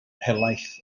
helaeth